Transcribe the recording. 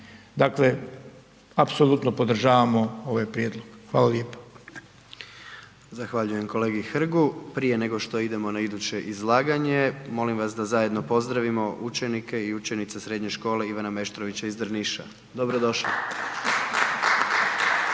dakle apsolutno podržavamo ovaj prijedlog. Hvala lijepa. **Jandroković, Gordan (HDZ)** Zahvaljujem kolegi Hrgu, prije nego što idemo na iduće izlaganje, molim vas da zajedno pozdravimo učenike i učenice Srednje škole Ivana Meštrovića iz Drniša. Dobro došli!